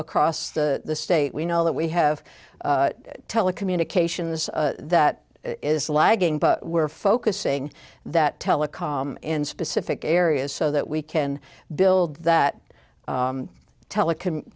across the state we know that we have telecommunications that is lagging but we're focusing that telecom in specific areas so that we can build that telecom